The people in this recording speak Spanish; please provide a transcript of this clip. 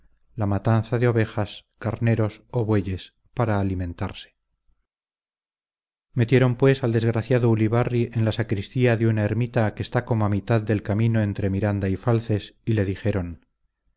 la matanza de ovejas carneros o bueyes para alimentarse metieron pues al desgraciado ulibarri en la sacristía de una ermita que está como a mitad del camino entre miranda y falces y le dijeron